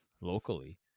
locally